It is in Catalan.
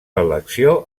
elecció